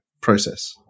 process